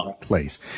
place